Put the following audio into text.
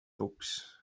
books